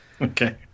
Okay